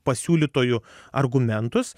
pasiūlytuojų argumentus